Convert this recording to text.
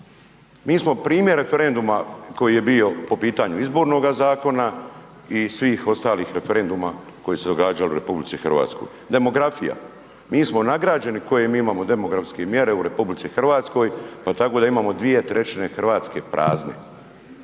MI smo primjer referenduma koji je bio po pitanju izbornoga zakona i svih ostalih referenduma koji su se događali u RH. Demografija, mi smo nagrađeni koje mi imamo demografske mjere u RH pa tako da imamo dvije trećine Hrvatske prazne